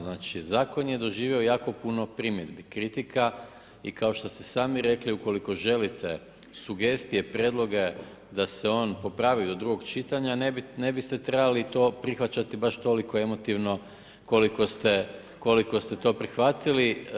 Znači zakon je doživio jako puno primjedbi, kritika i kao što ste sami rekli, ukoliko želite sugestije, prijedloge da se on popravi do drugog čitanja, ne bi ste trebali to prihvaćati baš toliko emotivno koliko ste to prihvatili.